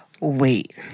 wait